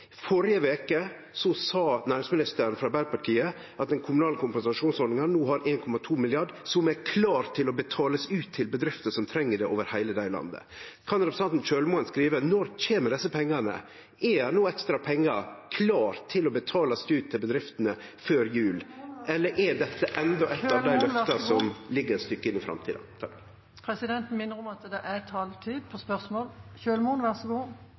sa næringsministeren frå Arbeidarpartiet at den kommunale kompensasjonsordninga no har 1,2 mrd. kr som er klare til å bli betalte ut til bedrifter som treng det over heile landet. Kan representanten Kjølmoen seie: Når kjem desse pengane? Er det no ekstra pengar klare til å bli betalte ut til bedriftene før jul, eller er dette endå eit av løfta som ligg eit stykke inn i framtida? Presidenten minner om taletiden. Jeg synes det er